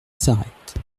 s’arrête